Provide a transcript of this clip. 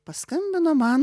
paskambino man